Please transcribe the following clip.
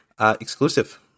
exclusive